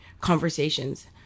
conversations